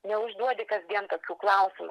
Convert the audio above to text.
neužduodi kasdien tokių klausimų